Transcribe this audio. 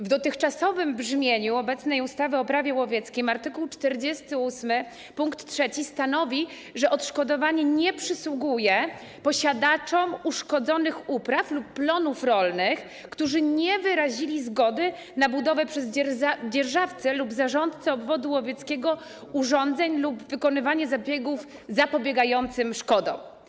W dotychczasowym brzmieniu obecnej ustawy - Prawo łowieckie art. 48 pkt 3 stanowi, że odszkodowanie nie przysługuje: posiadaczom uszkodzonych upraw lub plonów rolnych, którzy nie wyrazili zgody na budowę przez dzierżawcę lub zarządcę obwodu łowieckiego urządzeń lub wykonywanie zabiegów zapobiegającym szkodom.